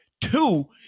Two